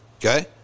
Okay